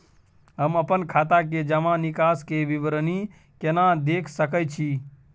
हम अपन खाता के जमा निकास के विवरणी केना देख सकै छी?